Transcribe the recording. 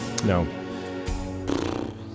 no